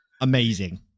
Amazing